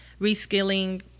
reskilling